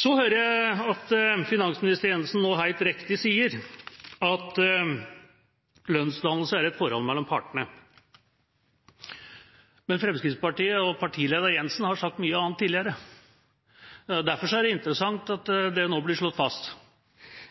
Så hører jeg at finansminister Jensen nå helt riktig sier at lønnsdannelse er et forhold mellom partene. Men Fremskrittspartiet og partileder Jensen har sagt mye annet tidligere. Derfor er det interessant at det nå blir slått fast.